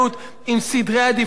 עם סדרי עדיפויות.